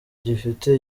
gifite